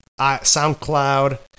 SoundCloud